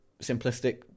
simplistic